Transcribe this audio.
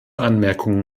anmerkungen